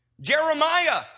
Jeremiah